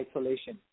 isolation